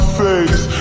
face